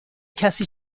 کسی